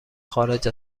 خارج